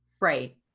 Right